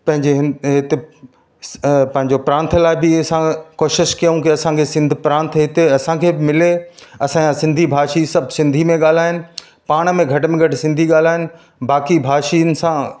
पंहिंजे हि हिते स अ पंहिंजो प्रांत लाइ बि असां कोशिशि कयूं की असांखे सिंध प्रांत थिए ते असांखे मिले असांजा सिंधी भाषी सभु सिंधी में ॻाल्हाइनि पाण में घट में घटि सिंधी ॻाल्हाइनि बाक़ी भाषिन सां